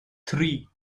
three